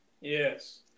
Yes